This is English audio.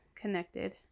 connected